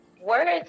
words